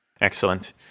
Excellent